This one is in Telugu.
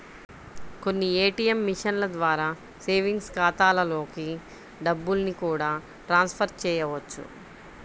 కొన్ని ఏ.టీ.యం మిషన్ల ద్వారా సేవింగ్స్ ఖాతాలలోకి డబ్బుల్ని కూడా ట్రాన్స్ ఫర్ చేయవచ్చు